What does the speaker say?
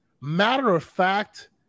matter-of-fact